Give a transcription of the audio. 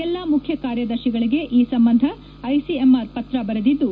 ಎಲ್ಲ ಮುಖ್ಯ ಕಾರ್ಯದರ್ಶಿಗಳಿಗೆ ಈ ಸಂಬಂಧ ಐಸಿಎಂಆರ್ ಪತ್ರ ಬರೆದಿದ್ದು